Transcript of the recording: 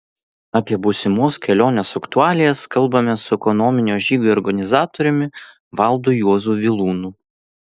apie būsimos kelionės aktualijas kalbamės su ekonominio žygio organizatoriumi valdu juozu vilūnu